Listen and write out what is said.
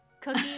cookie